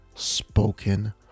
Spoken